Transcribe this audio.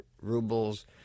rubles